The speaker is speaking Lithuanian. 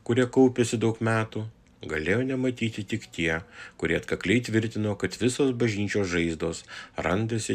kurie kaupėsi daug metų galėjo nematyti tik tie kurie atkakliai tvirtino kad visos bažnyčios žaizdos randasi